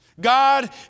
God